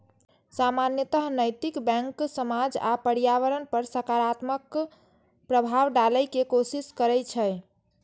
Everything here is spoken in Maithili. सामान्यतः नैतिक बैंक समाज आ पर्यावरण पर सकारात्मक प्रभाव डालै के कोशिश करै छै